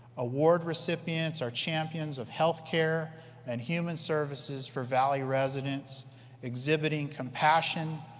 award recipients are champions of healthcare and human services for valley residents exhibiting compassion,